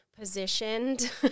Positioned